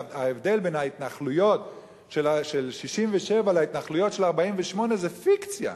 ההבדל בין ההתנחלויות של 1967 להתנחלויות של 1948 זה פיקציה.